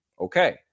Okay